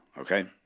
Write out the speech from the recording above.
Okay